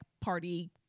party